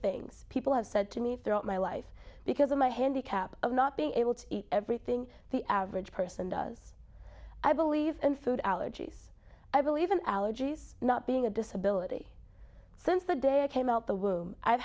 things people have said to me throughout my life because of my handicap of not being able to eat everything the average person does i believe and food allergies i believe in allergies not being a disability since the day i came out the womb i've